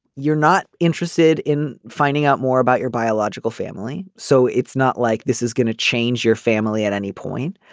you're not interested in finding out more about your biological family so it's not like this is going to change your family at any point.